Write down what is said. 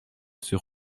sur